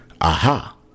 aha